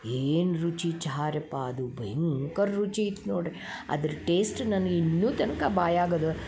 ಏನು ರುಚಿ ಚಹಾರ್ಯಪ್ಪ ಅದು ಭಯಂಕರ್ ರುಚಿ ಇತ್ತು ನೋಡ್ರಿ ಅದ್ರ ಟೇಸ್ಟ್ ನಾನು ಇನ್ನೂ ತನಕ ಬಾಯಾಗದ